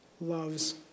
Loves